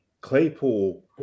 Claypool